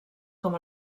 com